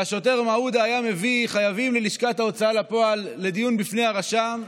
השוטר מעודה היה מביא חייבים ללשכת ההוצאה לפועל לדיון בפני הרשם,